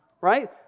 right